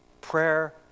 prayer